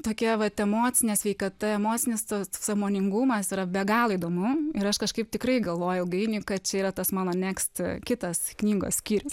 tokia vat emocinė sveikata emocinis tas sąmoningumas yra be galo įdomu ir aš kažkaip tikrai galvojuilgainiui kad čia yra tas mano nekst kitas knygos skyrius